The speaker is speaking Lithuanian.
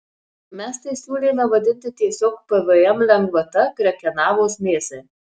mes tai siūlėme vadinti tiesiog pvm lengvata krekenavos mėsai